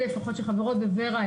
אלה לפחות שחברות בור"ה,